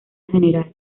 general